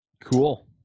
Cool